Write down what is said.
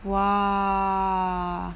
!wah!